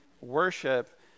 worship